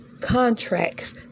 contracts